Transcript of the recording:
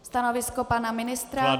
Stanovisko pana ministra?